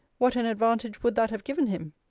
what an advantage would that have given him,